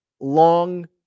Long